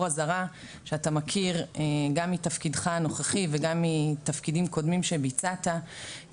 אזהרה שאתה מכיר גם מתפקידך הנוכחי וגם מתפקידים קודמים שביצעת,